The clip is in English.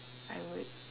I would